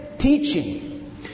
Teaching